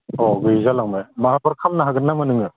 औ गैयि जालांबाय माबाफोर खालामनो हागोन नामा नोङो